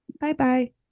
bye-bye